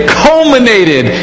culminated